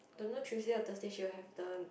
don't know Tuesday or Thursday she will have turn